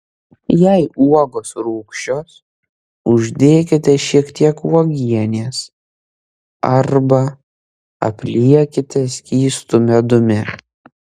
jei uogos rūgščios uždėkite šiek tiek uogienės arba apliekite skystu medumi